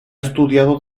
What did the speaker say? estudiado